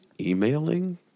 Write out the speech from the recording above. emailing